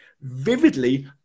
vividly